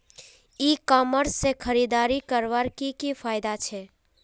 ई commerce से खरीदारी करवार की की फायदा छे?